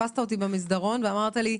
תפסת אותי במסדרון ואמרת לי: